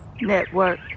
Network